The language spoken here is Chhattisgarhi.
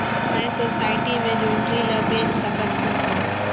मैं सोसायटी मे जोंदरी ला बेच सकत हो का?